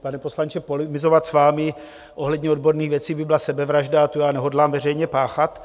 Pane poslanče, polemizovat s vámi ohledně odborných věcí by byla sebevražda a tu já nehodlám veřejně páchat.